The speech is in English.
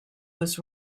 was